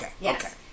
Yes